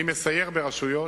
אני מסייר ברשויות,